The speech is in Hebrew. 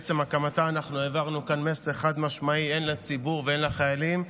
בעצם הקמתה העברנו כאן מסר חד-משמעי הן לציבור והן לחיילים: